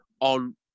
on